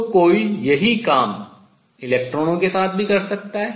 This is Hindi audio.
तो कोई यही काम इलेक्ट्रॉनों के साथ भी कर सकता है